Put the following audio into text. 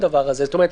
זאת אומרת,